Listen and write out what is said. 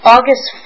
August